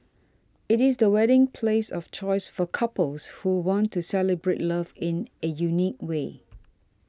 it is the wedding place of choice for couples who want to celebrate love in a unique way